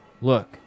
look